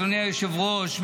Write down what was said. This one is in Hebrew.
אדוני היושב-ראש,